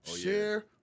share